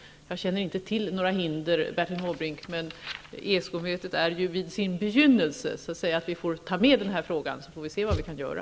Jag känner som sagt inte till några hinder, men ESK-mötet är ju vid sin begynnelse. Vi får ta med denna fråga, så får vi se vad vi kan göra.